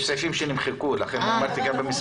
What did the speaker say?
יש סעיפים שנמחקו, לכן אמרתי גם על המספור.